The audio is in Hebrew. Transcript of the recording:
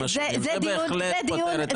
זה בהחלט פותר את הבעיה.